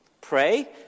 Pray